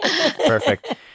Perfect